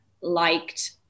liked